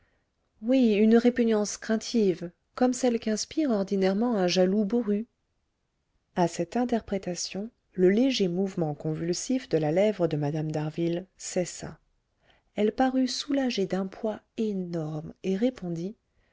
oui une répugnance craintive comme celle qu'inspire ordinairement un jaloux bourru à cette interprétation le léger mouvement convulsif de la lèvre de mme d'harville cessa elle parut soulagée d'un poids énorme et répondit